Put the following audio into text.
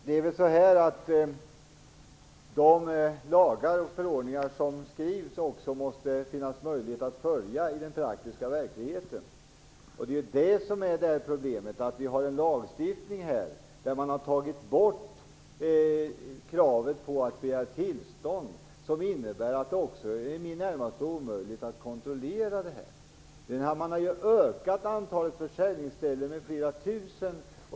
Herr talman! Det måste finnas möjlighet att följa de lagar och förordningar som skrivs i den praktiska verkligheten. Det är det som är problemet. Man har tagit bort kravet på tillstånd i lagstiftningen, vilket innebär att det i det närmaste är omöjligt att kontrollera hanteringen. Man har ökat antalet försäljningsställen med flera tusen.